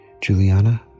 Juliana